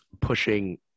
pushing